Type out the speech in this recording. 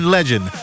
Legend